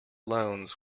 loans